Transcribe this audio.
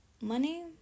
Money